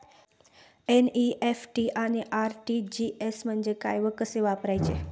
NEFT आणि RTGS म्हणजे काय व कसे वापरायचे?